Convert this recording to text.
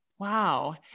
Wow